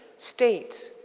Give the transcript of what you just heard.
states,